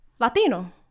Latino